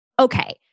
Okay